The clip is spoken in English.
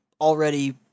already